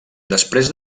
després